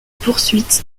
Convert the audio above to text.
poursuite